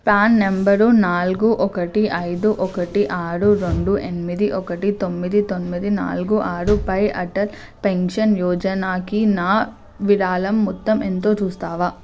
PRAN number నాలుగు ఒకటి ఐదు ఒకటి ఆరు రెండు ఎనిమిది ఒకటి తొమ్మిది తొమ్మిది నాలుగు ఆరు పై అటల్ పెన్షన్ యోజనాకి నా విరాళం మొత్తం ఎంతో చూస్తావా